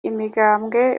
imigambwe